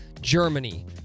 Germany